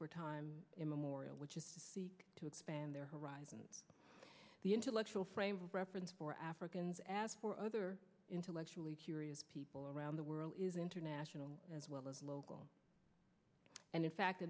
for time immemorial which is to expand their horizons the intellectual frame of reference for africans as for other intellectually curious people around the world is international as well as local and in fact